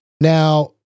Now